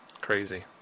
Crazy